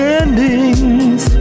endings